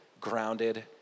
grounded